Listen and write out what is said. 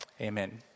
amen